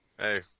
Hey